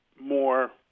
more